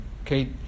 okay